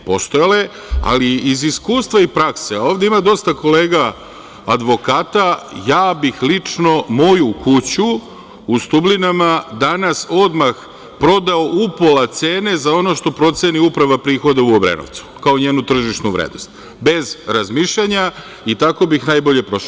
Postojala je, ali iz iskustva i prakse, a ovde ima dosta kolega advokata, ja bih lično moju kuću u Stublinama danas odmah prodao upola cene za ono što proceni Uprava prihoda u Obrenovcu kao njenu tržišnu vrednost, bez razmišljanja, i tako bih najbolje prošao.